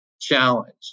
challenge